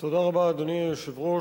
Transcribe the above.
אדוני היושב-ראש,